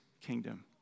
kingdom